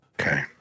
okay